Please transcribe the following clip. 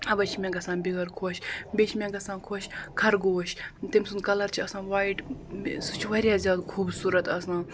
اَوَے چھِ مےٚ گژھان بیٛٲر خۄش بیٚیہِ چھِ مےٚ گژھان خۄش خرگوش تٔمۍ سُنٛد کَلَر چھُ آسان وایِٹ سُہ چھُ واریاہ زیادٕ خوٗبصوٗرت آسان